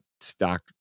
stock